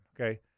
Okay